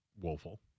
woeful